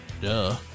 Duh